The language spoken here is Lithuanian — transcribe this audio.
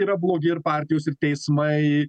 yra blogi ir partijos ir teismai